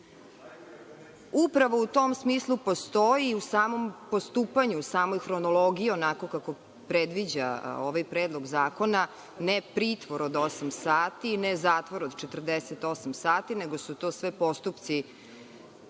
u tom smislu postoji u samom postupanju, u samoj hronologiji onako kako predviđa ovaj predlog zakona, ne pritvor od osam sati i ne zatvor od 48 sati, nego su to sve postupci